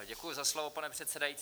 Děkuji za slovo, pane předsedající.